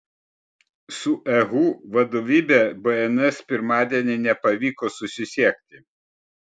su ehu vadovybe bns pirmadienį nepavyko susisiekti